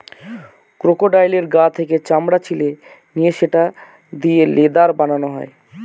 ক্রোকোডাইলের গা থেকে চামড়া ছিলে নিয়ে সেটা দিয়ে লেদার বানানো হয়